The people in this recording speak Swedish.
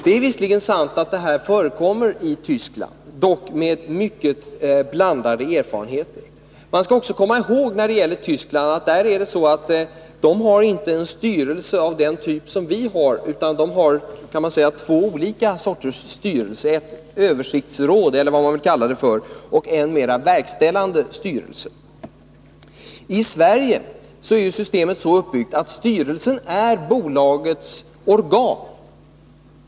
Det är visserligen sant att det här förekommer i Tyskland, dock med mycket blandade erfarenheter. Man skall också när det gäller Tyskland komma ihåg att man där inte har en styrelse av den typ som vi har, utan man har två olika sorters styrelser: ett översiktsråd eller vad man vill kalla det och en mera verkställande styrelse. I Sverige har vi ju systemet så uppbyggt att styrelsen är bolagets organ.